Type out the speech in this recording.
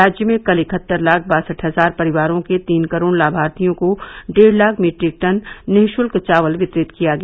राज्य में कल इकहत्तर लाख बासठ हजार परिवारों के तीन करोड लाभार्थियों को डेढ लाख मीटिक टन निःशुल्क चावल वितरित किया गया